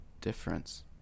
difference